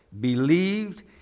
believed